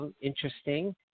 Interesting